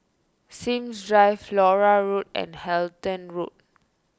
Sims Drive Flora Road and Halton Road